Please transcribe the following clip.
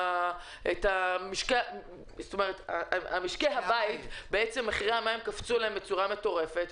גבוה, מחירי המים קפצו להם בצורה מטורפת.